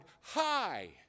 high